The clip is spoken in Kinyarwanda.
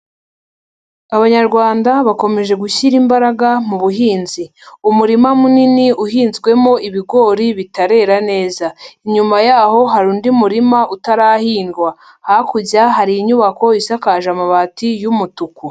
Abanyarwanda bakomeje gushyira imbaraga mu buhinzi. Umurima munini uhinzwemo ibigori bitarera neza. Inyuma yaho hari undi murima utarahingwa. Hakurya hari inyubako isakaje amabati y'umutuku.